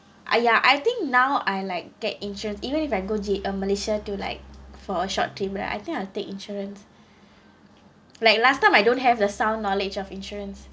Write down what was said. ah ya I think now I like get insurance even if I go J um malaysia to like for a short trip lah I think I'll take insurance like last time I don't have the sound knowledge of insurance